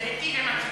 להיטיב עם הציבור.